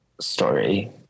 story